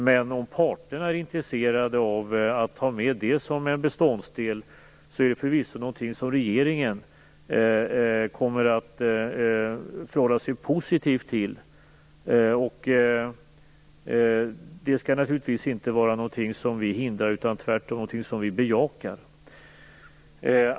Men om parterna är intresserade av att ta med det som en beståndsdel är det förvisso någonting som regeringen kommer att förhålla sig positivt till. Det skall naturligtvis inte vara någonting som vi hindrar, utan det är tvärtom någonting som vi bejakar.